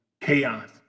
chaos